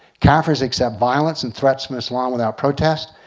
kaffirs accept violence and threats from islam without protest,